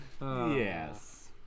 Yes